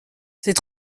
c’est